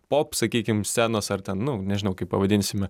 pop sakykim scenos ar ten nu nežinau kaip pavadinsim